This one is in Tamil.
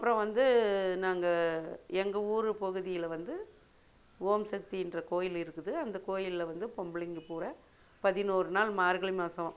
அப்புறம் வந்து நாங்கள் எங்கள் ஊர் பகுதியில் வந்து ஓம் சக்தி என்ற கோயில் இருக்குது அந்த கோயிலில் வந்து பொம்பளைங்க பூரா பதினோரு நாள் மார்கழி மாதம்